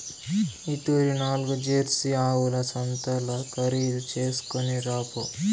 ఈ తూరి నాల్గు జెర్సీ ఆవుల సంతల్ల ఖరీదు చేస్కొని రాపో